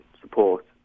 support